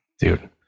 Dude